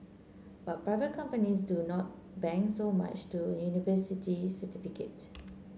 but private companies do not bank so much to university certificate